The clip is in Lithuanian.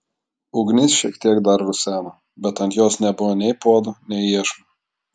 ugnis šiek tiek dar ruseno bet ant jos nebuvo nei puodo nei iešmo